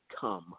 come